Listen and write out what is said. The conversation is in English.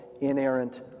inerrant